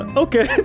okay